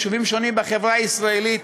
יישובים שונים בחברה הישראלית,